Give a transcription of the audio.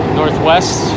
northwest